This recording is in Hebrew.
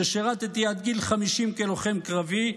ששירתי עד גיל 50 כלוחם קרבי,